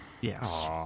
Yes